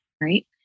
right